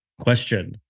question